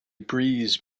breeze